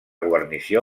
guarnició